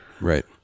Right